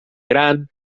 gran